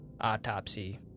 autopsy